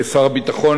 כשר הביטחון,